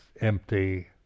empty